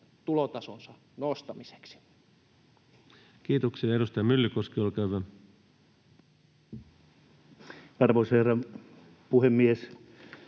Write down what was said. tulotasonsa nostamiseksi. Kiitoksia. — Ja edustaja Myllykoski, olkaa hyvä. Arvoisa herra puhemies!